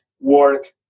Work